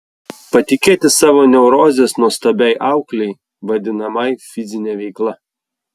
patikėti savo neurozes nuostabiai auklei vadinamai fizine veikla